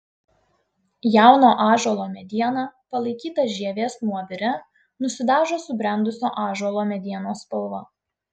jauno ąžuolo mediena palaikyta žievės nuovire nusidažo subrendusio ąžuolo medienos spalva